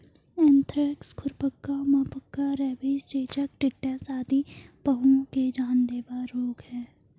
anthrax, खुरपका, मुहपका, rabies, चेचक, टेटनस आदि पहुओं के जानलेवा रोग हैं